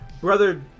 Brother